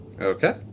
Okay